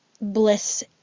bliss